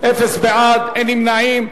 אפס בעד, אין נמנעים.